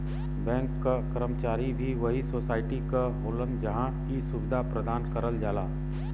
bank क कर्मचारी भी वही सोसाइटी क होलन जहां इ सुविधा प्रदान करल जाला